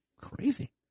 Crazy